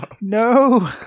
No